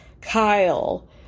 Kyle